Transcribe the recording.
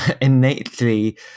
innately